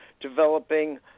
developing